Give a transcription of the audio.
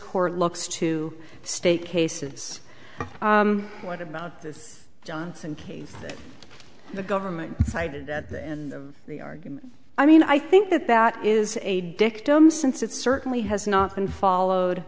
court looks to state cases what about this johnson case that the government cited at the end of the argument i mean i think that that is a dictum since it certainly has not been followed